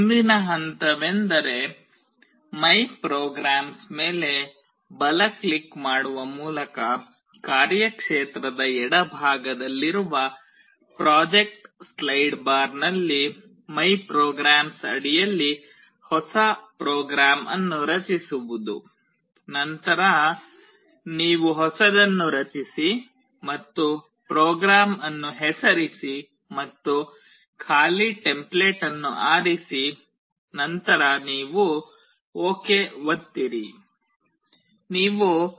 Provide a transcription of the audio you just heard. ಮುಂದಿನ ಹಂತವೆಂದರೆ ಮೈಪ್ರೋಗ್ರಾಮ್ಸ್ ಮೇಲೆ ಬಲ ಕ್ಲಿಕ್ ಮಾಡುವ ಮೂಲಕ ಕಾರ್ಯಕ್ಷೇತ್ರದ ಎಡಭಾಗದಲ್ಲಿರುವ ಪ್ರಾಜೆಕ್ಟ್ ಸ್ಲೈಡ್ ಬಾರ್ನಲ್ಲಿ ಮೈ ಪ್ರೋಗ್ರಾಮ್ಸ್'my programs' ಅಡಿಯಲ್ಲಿ ಹೊಸ ಪ್ರೋಗ್ರಾಂ ಅನ್ನು ರಚಿಸುವುದು ನಂತರ ನೀವು ಹೊಸದನ್ನು ರಚಿಸಿ ಮತ್ತು ಪ್ರೋಗ್ರಾಂ ಅನ್ನು ಹೆಸರಿಸಿ ಮತ್ತು ಖಾಲಿ ಟೆಂಪ್ಲೇಟ್ ಅನ್ನು ಆರಿಸಿ ಮತ್ತು ನಂತರ ನೀವು ಓಕೆ ಒತ್ತಿರಿ